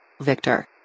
Victor